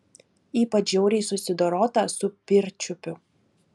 ypač žiauriai susidorota su pirčiupiu